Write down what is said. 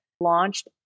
launched